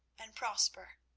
and prosper.